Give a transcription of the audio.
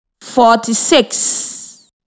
Forty-six